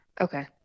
okay